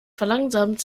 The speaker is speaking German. verlangsamt